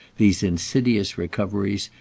these insidious recoveries,